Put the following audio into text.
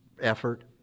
effort